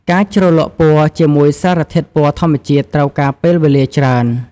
ការជ្រលក់ពណ៌ជាមួយសារធាតុពណ៌ធម្មជាតិត្រូវការពេលវេលាច្រើន។